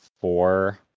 four